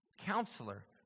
Counselor